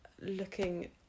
looking